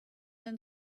then